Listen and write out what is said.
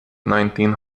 nineteen